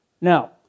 Now